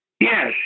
Yes